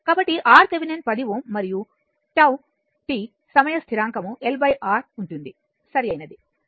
కాబట్టిRThevenin 10 Ωమరియు τ సమయ స్థిరాంకం L R ఉంటుంది సరైనది